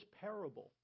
parable